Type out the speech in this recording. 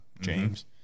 James